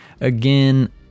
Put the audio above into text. again